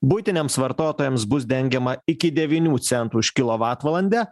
buitiniams vartotojams bus dengiama iki devynių centų už kilovatvalandę